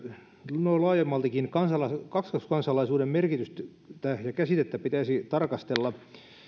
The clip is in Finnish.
noin laajemmaltikin kaksoiskansalaisuuden merkitystä ja käsitettä pitäisi tarkastella